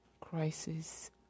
crisis